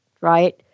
right